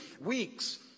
weeks